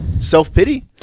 self-pity